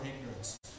ignorance